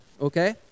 Okay